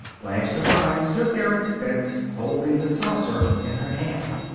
blanche devine stood there at the fence, holding the saucer in her hand.